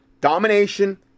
Domination